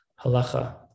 halacha